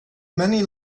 many